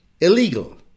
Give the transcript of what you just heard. illegal